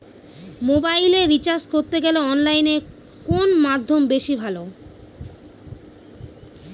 মোবাইলের রিচার্জ করতে গেলে অনলাইনে কোন মাধ্যম বেশি ভালো?